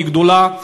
היא גדולה,